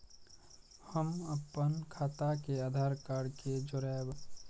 हम अपन खाता के आधार कार्ड के जोरैब?